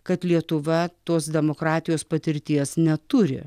kad lietuva tos demokratijos patirties neturi